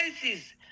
places